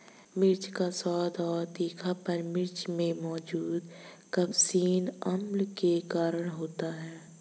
मिर्च का स्वाद और तीखापन मिर्च में मौजूद कप्सिसिन अम्ल के कारण होता है